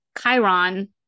Chiron